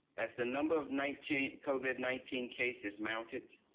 as the number of nineteen covid nineteen cases mounted,